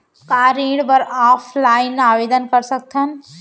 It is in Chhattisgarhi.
का ऋण बर ऑफलाइन आवेदन कर सकथन?